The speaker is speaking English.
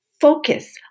Focus